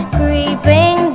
creeping